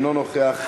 אינו נוכח,